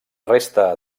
resta